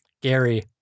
Gary